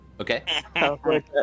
okay